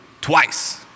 twice